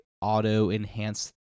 auto-enhance